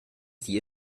sie